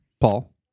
Paul